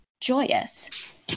joyous